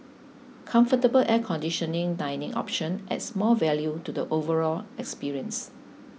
comfortable air conditioning dining option adds more value to the overall experience